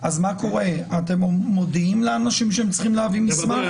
אתם מודיעים לאנשים שהם צריכים להביא מסמכים.